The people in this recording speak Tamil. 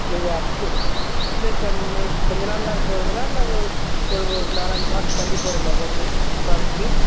நீங்கள் அப்ளை அப்ளை பண்ணி கொஞ்ச நாளில் போகிறீங்களா இல்லை ஒரு ஒரு ஒரு நாலஞ்சு மாதம் தள்ளிப் போகிறீங்களா சார் ஃபாரினுக்கு